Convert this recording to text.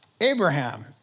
Abraham